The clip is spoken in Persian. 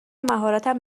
مهارتم